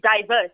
diverse